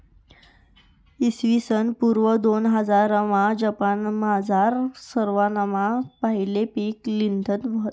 इसवीसन पूर्व दोनहजारमा जपानमझार सरवासमा पहिले पीक लिधं व्हतं